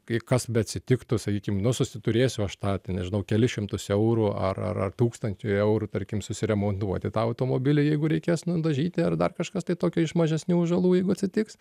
kai kas beatsitiktų sakykim nu susiturėsiu aš tą ten nežinau kelis šimtus eurų ar ar ar tūkstantį eurų tarkim susiremontuoti tą automobilį jeigu reikės nudažyti ar dar kažkas tai tokio iš mažesnių žalų jeigu atsitiks